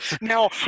Now